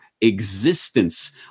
existence